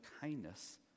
kindness